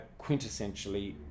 quintessentially